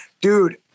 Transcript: dude